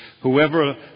whoever